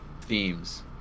themes